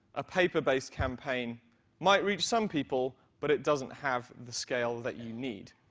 a paper-based campaign might reach some people, but it doesn't have the scale that you need.